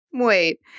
wait